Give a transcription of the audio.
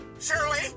Shirley